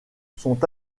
sont